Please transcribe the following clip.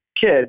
kid